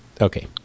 Okay